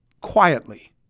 quietly